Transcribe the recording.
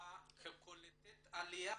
כקולטת עליה,